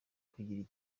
kwigirira